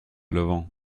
levant